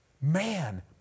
man